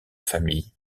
famille